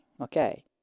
okay